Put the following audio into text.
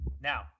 Now